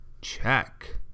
check